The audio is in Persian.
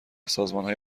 سازمانهای